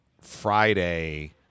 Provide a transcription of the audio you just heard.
Friday